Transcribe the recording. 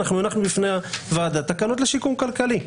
הנחנו בפני הוועדה תקנות לשיקום כלכלי.